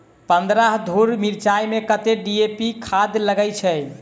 पन्द्रह धूर मिर्चाई मे कत्ते डी.ए.पी खाद लगय छै?